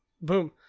Boom